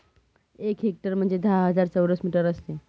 एक हेक्टर म्हणजे दहा हजार चौरस मीटर असते